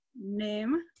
name